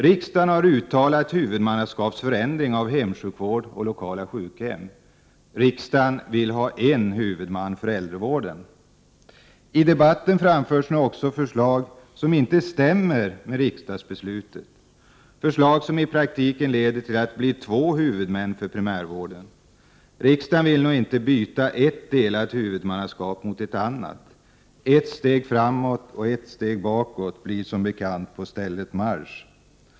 Riksdagen har uttalat sig för en huvudmannaskapsförändring av sjukvård och lokala sjukhem. Riksdagen vill ha en huvudman för äldrevården. I debatten framförs också förslag som inte stämmer med riksdagsbeslutet, förslag som i praktiken leder till att det blir två huvudmän för primärvården. Riksdagen vill nog inte byta ett delat huvudmannaskap mot ett annat. Ett steg framåt och ett steg bakåt blir som bekant på stället marsch.